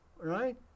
right